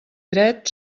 dret